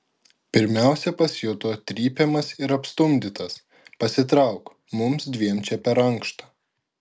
pirmiausia pasijuto trypiamas ir apstumdytas pasitrauk mums dviem čia per ankšta